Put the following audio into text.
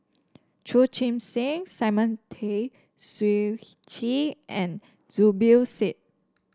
Chu Chee Seng Simon Tay Seong Chee and Zubir Said